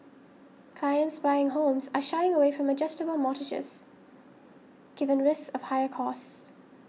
clients buying homes are shying away from adjustable mortgages given risks of higher costs